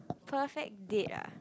perfect date ah